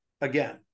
again